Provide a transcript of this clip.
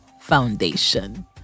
foundation